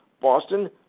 Boston